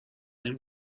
نمی